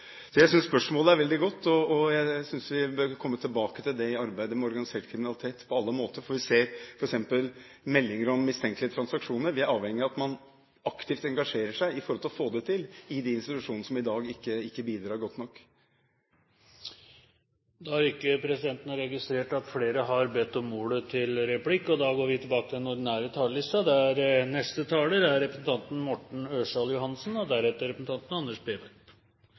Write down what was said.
Så jeg synes spørsmålet er veldig godt, og jeg synes vi bør komme tilbake til det i arbeidet med organisert kriminalitet på alle måter, for vi ser f.eks. meldinger om mistenkelige transaksjoner. Vi er avhengige av at man aktivt engasjerer seg for å få det til i de institusjonene som i dag ikke bidrar godt nok. Replikkordskiftet er dermed omme. Det er en viktig sak vi har til behandling i dag – Meld. St. 7 for 2010–2011 Kampen mot organisert kriminalitet – og det er noe som angår hele Norge, og